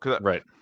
right